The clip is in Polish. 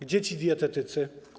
Gdzie ci dietetycy?